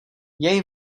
jej